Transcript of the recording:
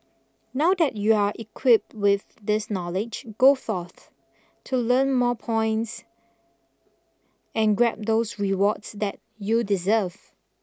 now that you're equipped with this knowledge go forth to earn more points and grab those rewards that you deserve